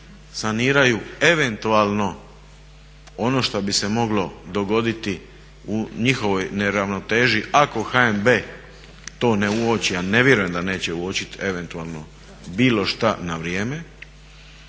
saniraju eventualno ono što bi se moglo dogoditi u njihovoj neravnoteži ako HNB to ne uoči, a ne vjerujem da neće uočiti eventualno bilo šta na vrijeme.